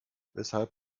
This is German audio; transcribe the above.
weshalb